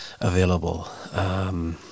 available